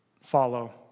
follow